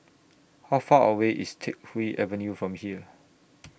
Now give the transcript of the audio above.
How Far away IS Teck Whye Avenue from here